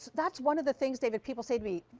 that's one of the things, david, people say to me,